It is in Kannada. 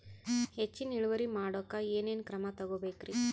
ಹೆಚ್ಚಿನ್ ಇಳುವರಿ ಮಾಡೋಕ್ ಏನ್ ಏನ್ ಕ್ರಮ ತೇಗೋಬೇಕ್ರಿ?